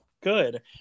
Good